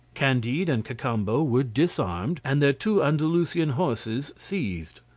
candide and cacambo were disarmed, and their two andalusian horses seized.